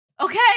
Okay